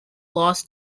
loss